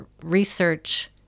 research